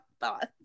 thoughts